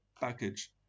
package